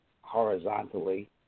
horizontally